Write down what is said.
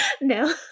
No